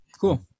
Cool